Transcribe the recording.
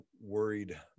worried